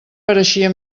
pareixia